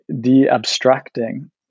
de-abstracting